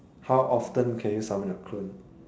how often can you summon your clone